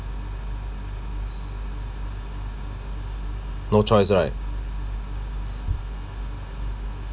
no choice right